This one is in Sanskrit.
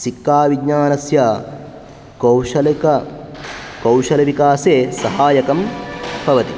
सिक्काविज्ञानस्य कौशलिक कौशलविकासे सहायकं भवति